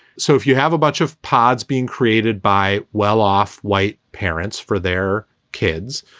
so if you have a bunch of pods being created by well-off white parents for their kids,